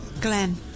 Glenn